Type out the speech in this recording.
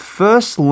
first